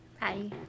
Bye